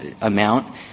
amount